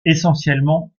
essentiellement